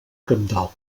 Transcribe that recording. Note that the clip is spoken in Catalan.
cabdal